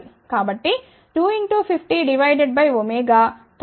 కాబట్టి 2x50 divided by 39